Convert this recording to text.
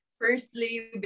Firstly